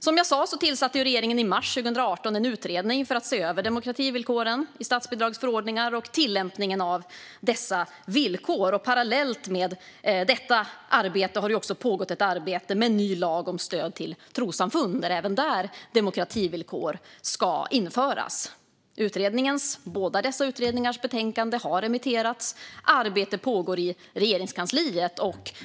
Som jag sa tillsatte regeringen i mars 2018 en utredning för att se över demokrativillkoren i stadsbidragsförordningar och tillämpningen av dessa villkor. Parallellt med detta arbete har det även pågått ett arbete med en ny lag om stöd till trossamfund, och även där ska demokrativillkor införas. Båda utredningarnas betänkanden har remitterats, och arbete pågår i Regeringskansliet.